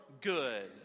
good